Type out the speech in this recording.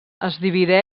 antiga